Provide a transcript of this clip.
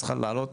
צריכה לעלות